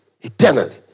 eternally